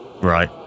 Right